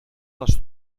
les